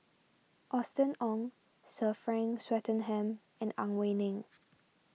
Austen Ong Sir Frank Swettenham and Ang Wei Neng